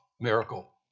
miracle